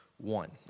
one